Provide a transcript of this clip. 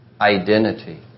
identity